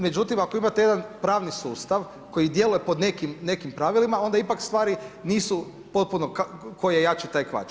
Međutim, ako imate jedan pravni sustav koji djeluje po nekim pravilima, onda ipak stvari nisu potpuno ko je jači taj kvači.